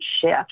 shift